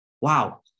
wow